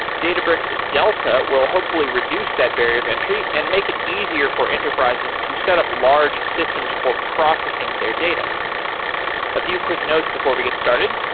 databricks delta will hopefully reduce that barrier of entry and make it easier for enterprises to set up large systems for processing their data a few quick notes before we get started,